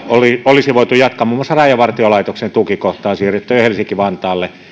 olisi voitu jatkaa muun muassa rajavartiolaitoksen tukikohta on siirretty helsinki vantaalle